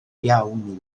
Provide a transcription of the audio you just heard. iawn